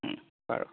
বাৰু